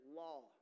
law